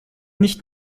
nicht